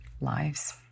lives